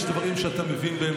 יש דברים שאתה מבין בהם,